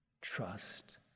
trust